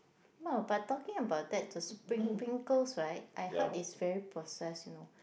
no but talking about that the pringles right I heard it's very processed you know